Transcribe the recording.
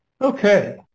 Okay